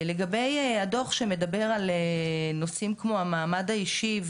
לגבי הדו"ח שמדבר על נושאים כמו המעמד האישי.